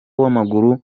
w’amaguru